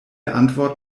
antwort